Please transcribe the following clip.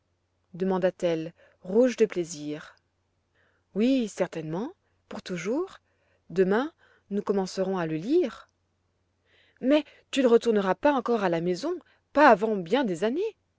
demanda-t-elle rouge de plaisir oui certainement pour toujours demain nous commencerons à le lire mais tu ne retourneras pas encore à la maison pas avant bien des années